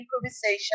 improvisation